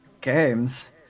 Games